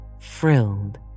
frilled